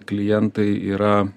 klientai yra